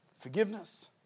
Forgiveness